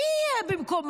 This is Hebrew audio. מי יהיה במקומם?